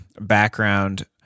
background